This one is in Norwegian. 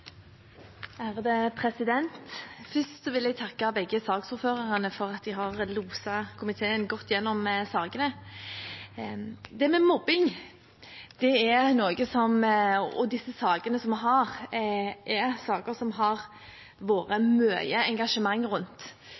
eller gamle. Først vil jeg takke begge saksordførerne for at de har loset komiteen godt gjennom sakene. Det med mobbing, og disse sakene som vi har, har det vært mye engasjement rundt.